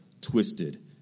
twisted